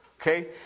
Okay